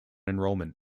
enrollment